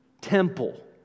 temple